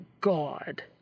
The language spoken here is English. god